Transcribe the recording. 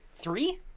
three